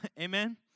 Amen